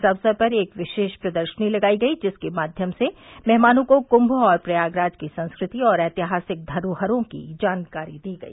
इस अवसर पर एक विशेष प्रदर्शनी लगायी गई जिसके माध्यम से मेहमानों को कुंभ और प्रयागराज की संस्कृति और ऐतिहासिक धरोहरों की जानकारी दी गई